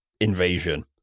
invasion